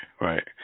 right